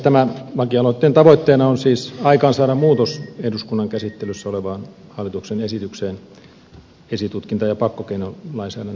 tämän lakialoitteen tavoitteena on siis aikaansaada muutos eduskunnan käsittelyssä olevaan hallituksen esitykseen esitutkinta ja pakkokeinolainsäädännön uudistamisesta